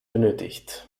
benötigt